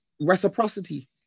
reciprocity